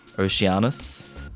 Oceanus